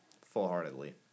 full-heartedly